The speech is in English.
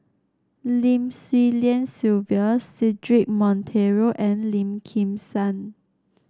Lim Swee Lian Sylvia Cedric Monteiro and Lim Kim San